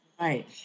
right